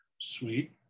Sweet